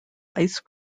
ice